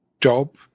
job